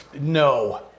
no